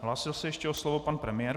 Hlásil se ještě o slovo pan premiér.